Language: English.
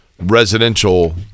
residential